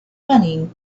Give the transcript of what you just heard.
running